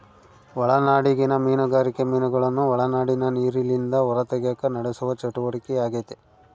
ಒಳನಾಡಿಗಿನ ಮೀನುಗಾರಿಕೆ ಮೀನುಗಳನ್ನು ಒಳನಾಡಿನ ನೀರಿಲಿಂದ ಹೊರತೆಗೆಕ ನಡೆಸುವ ಚಟುವಟಿಕೆಯಾಗೆತೆ